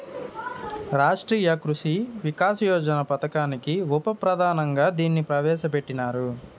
రాష్ట్రీయ కృషి వికాస్ యోజన పథకానికి ఉప పథకంగా దీన్ని ప్రవేశ పెట్టినారు